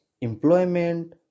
employment